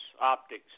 Optics